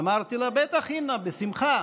אמרתי לה: בטח, אינה, בשמחה.